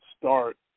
start